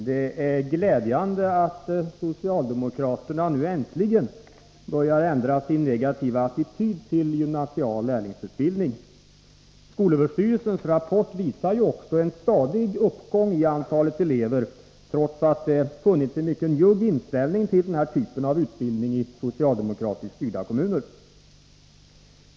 Herr talman! Det är glädjande att socialdemokraterna nu äntligen börjar ändra sin negativa attityd till gymnasial lärlingsutbildning. Skolöverstyrelsens rapport visar ju också en stadig uppgång i antalet elever, trots att det funnits en mycket njugg inställning till den här typen av utbildning i socialdemokratiskt styrda kommuner.